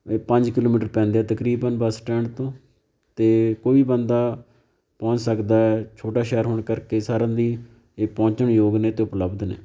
ਪੰਜ ਕਿਲੋਮੀਟਰ ਪੈਂਦਾ ਤਕਰੀਬਨ ਬਸ ਸਟੈਂਡ ਤੋਂ ਅਤੇ ਕੋਈ ਵੀ ਬੰਦਾ ਪਹੁੰਚ ਸਕਦਾ ਛੋਟਾ ਸ਼ਹਿਰ ਹੋਣ ਕਰਕੇ ਸਾਰਿਆਂ ਲਈ ਇਹ ਪਹੁੰਚਣਯੋਗ ਨੇ ਅਤੇ ਉਪਲਬਧ ਨੇ